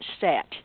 set